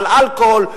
על אלכוהול,